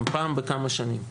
הם פעם בכמה שנים.